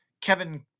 Kevin